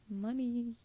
money